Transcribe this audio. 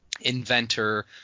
Inventor